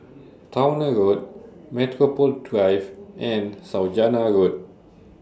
Towner Road Metropole Drive and Saujana Road